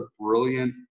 brilliant